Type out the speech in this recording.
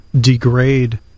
degrade